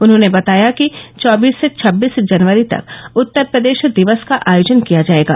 उन्होंने बताया कि चौबीस से छब्बीस जनवरी तक उत्तर प्रदेश दिवस का आयोजन किया जायेगा